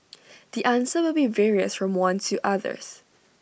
the answer will be various from one to others